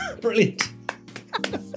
Brilliant